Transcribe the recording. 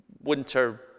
winter